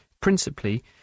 principally